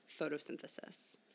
photosynthesis